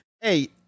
Hey